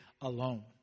alone